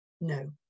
No